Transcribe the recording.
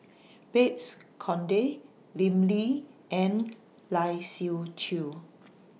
Babes Conde Lim Lee and Lai Siu Chiu